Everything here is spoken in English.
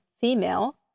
female